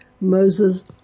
Moses